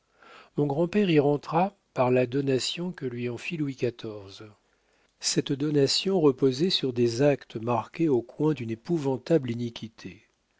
mon grand-père y rentra par la donation que lui en fit louis xiv cette donation reposait sur des actes marqués au coin d'une épouvantable iniquité